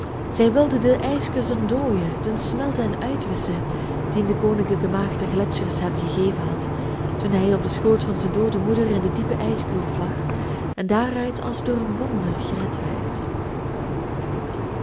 zij wilden den ijskus ontdooien doen smelten en uitwisschen dien de koninklijke maagd der gletschers hem gegeven had toen hij op den schoot van zijn doode moeder in de diepe ijskloof lag en daaruit als door een wonder gered werd